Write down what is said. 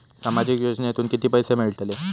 सामाजिक योजनेतून किती पैसे मिळतले?